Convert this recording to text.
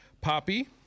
Poppy